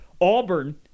Auburn